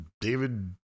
David